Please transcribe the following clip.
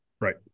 Right